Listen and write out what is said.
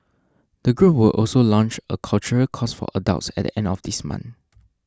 the group will also launch a cultural course for adults at the end of this month